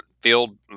field